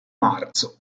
marzo